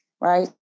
right